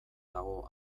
dago